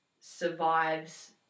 survives